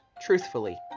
truthfully